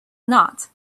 not